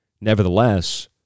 Nevertheless